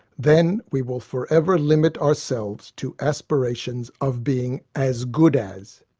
then we will forever limit ourselves to aspirations of being as good as,